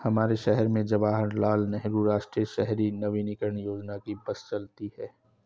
हमारे शहर में जवाहर लाल नेहरू राष्ट्रीय शहरी नवीकरण योजना की बस चलती है